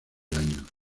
años